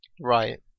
right